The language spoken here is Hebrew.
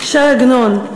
ש"י עגנון,